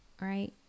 right